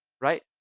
right